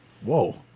whoa